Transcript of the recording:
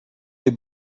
des